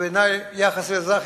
בעיני יחס לאזרח,